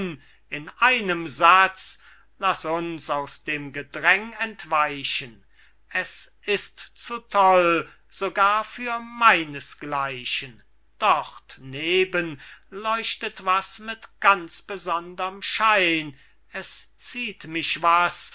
in einem satz laß uns aus dem gedräng entweichen es ist zu toll sogar für meines gleichen dort neben leuchtet was mit ganz besond'rem schein es zieht mich was